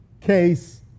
case